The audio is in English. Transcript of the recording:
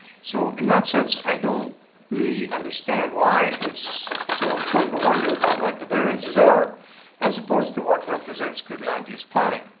so in that sense i really understand why it's so important to wonder about what the variances are as opposed to what represents good land use planning.